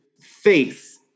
faith